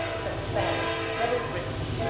some fat rather gristly,